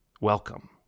Welcome